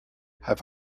have